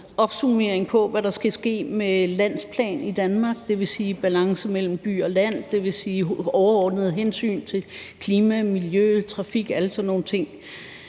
opsummering på, hvad der skal ske med landsplanredegørelsen i Danmark. Det vil sige balancen mellem by og land, og det vil sige overordnede hensyn til klima, miljø og trafik og alle sådan nogle ting.